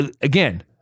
again